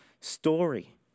story